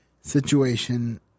situation